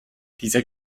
dieser